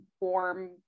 warm